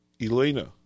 Elena